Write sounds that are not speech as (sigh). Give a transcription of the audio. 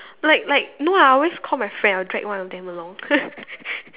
like like no I will always call my friend I'll drag one of them along (laughs)